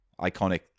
iconic